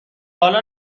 حالا